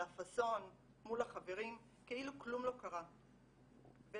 על הפאסון מול החברים כאילו כלום לא קרה, ולמה?